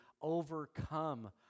overcome